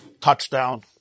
touchdown